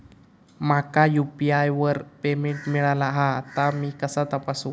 माका यू.पी.आय वर पेमेंट मिळाला हा ता मी कसा तपासू?